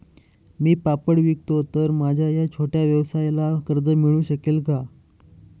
मी पापड विकतो तर माझ्या या छोट्या व्यवसायाला कर्ज मिळू शकेल का?